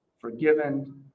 Forgiven